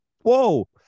Whoa